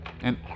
And-